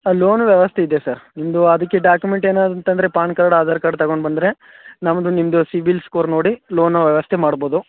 ಆಂ loan ವ್ಯವಸ್ಥೆ ಇದೆ sir ನಿಮ್ಮದು ಅದಕ್ಕೆ ಡಾಕ್ಯುಮೆಂಟ್ ಏನಾದ್ರು ಇತ್ತಂದರೆ ಪಾನ್ ಕಾರ್ಡ್ ಆಧಾರ್ ಕಾರ್ಡ್ ತಗೊಂಡು ಬಂದರೆ ನಮ್ಮದು ನಿಮ್ಮದು ಸಿಬಿಲ್ ಸ್ಕೋರ್ ನೋಡಿ ಲೋನ್ ವ್ಯವಸ್ಥೆ ಮಾಡ್ಬೌದು